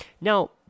Now